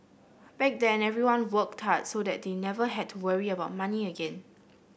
back then everyone worked hard so that they never had to worry about money again